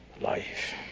life